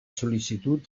sol·licitud